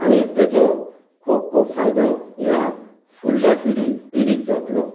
आनी तेचो खूब खूब फायदो ह्या फुडल्या फिडी पिडीक जातलो